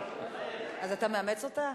אז אתה מאמץ אותה?